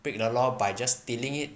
break the law by just stealing it